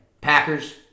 Packers